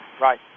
Right